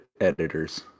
editors